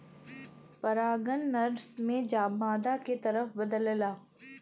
परागन नर से मादा के तरफ बदलला